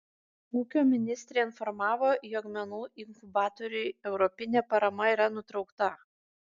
ūkio ministrė informavo jog menų inkubatoriui europinė parama yra nutraukta